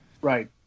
Right